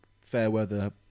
fair-weather